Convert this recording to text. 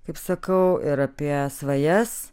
kaip sakau ir apie svajas